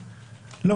לא,